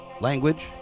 language